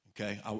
okay